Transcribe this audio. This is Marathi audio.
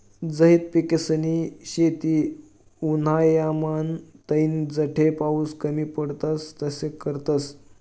झैद पिकेसनी शेती उन्हायामान नैते जठे पाऊस कमी पडस तठे करतस